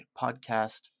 Podcast